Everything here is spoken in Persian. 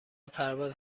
پرواز